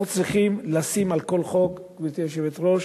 אנחנו צריכים על כל חוק, גברתי היושבת-ראש,